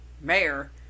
mayor